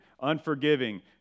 unforgiving